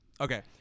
Okay